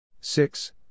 six